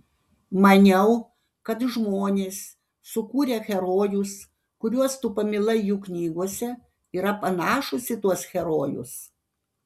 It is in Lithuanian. maniau kad žmonės sukūrę herojus kuriuos tu pamilai jų knygose yra panašūs į tuos herojus